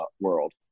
world